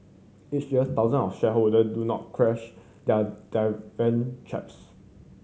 each year thousand of shareholder do not cash their dividend cheques